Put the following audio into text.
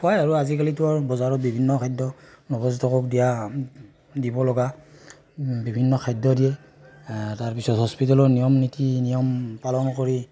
খুৱায় আৰু আজিকালিতো আৰু বজাৰত বিভিন্ন খাদ্য নৱজাতকক দিয়া দিব লগা বিভিন্ন খাদ্য দিয়ে তাৰপিছত হস্পিটেলৰ নিয়ম নীতি নিয়ম পালন কৰি